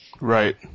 Right